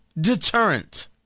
deterrent